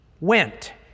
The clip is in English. went